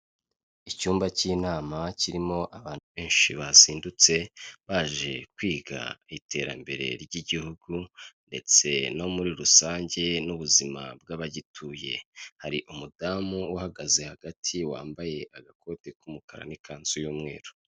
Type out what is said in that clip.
Icyumba cy'inama kirimo abantu benshi bazindutse, baje kwiga ku iterambere ry'igihugu ndetse no muri rusange n'ubuzima bw'abagituye, hari umudamu uhagaze hagati wambaye agakoti k'umukara n'ikanzu y'umweru.